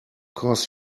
course